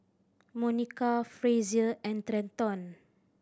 Monica Frazier and Trenton